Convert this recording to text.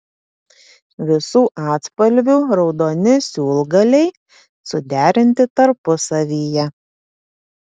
visų atspalvių raudoni siūlgaliai suderinti tarpusavyje